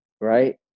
right